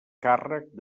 càrrec